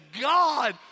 God